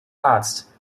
arzt